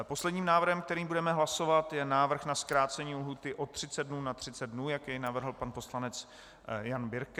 Poslední návrh, který budeme hlasovat, je návrh na zkrácení lhůty o třicet dnů na třicet dnů, jak jej navrhl pan poslanec Jan Birke.